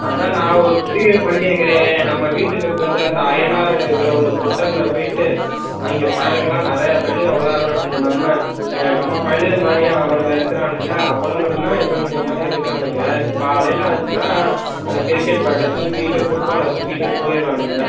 அதுதான் நான் ஒரு முடிவு பண்ணி இருக்கிறேன் நம்ம வீட்டுக்கு பக்கத்தில் அந்த அய்யனாரு கிரவுண்டு பொட்டலில் போயிட்ட அங்கே பயலுங்களாம் நெறைய பயலுங்க விளையாடுறாங்க நம்ம நம்ம பயலுக மாதிரி அவனுங்க இருக்கிறானுங்க அவனுகளும் இவனுங்க மாதிரி இருக்கிறாங்க காலையில் ஆச்சின்னால் கிரிக்கெட் பேட்டை தூக்கிக்கிட்டு ஃபுட்பாலை தூக்கிக்கிட்டு போகிடுறானுங்க